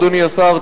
אדוני השר,